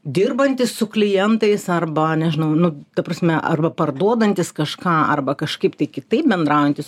dirbantys su klientais arba nežinau nu ta prasme arba parduodantys kažką arba kažkaip kitaip bendraujantys